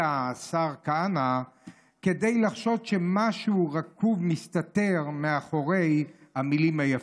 השר כהנא כדי לחשוד שמשהו רקוב מסתתר מאחורי המילים היפות.